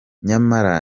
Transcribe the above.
nyamara